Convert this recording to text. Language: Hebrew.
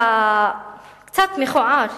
והקצת-מכוער,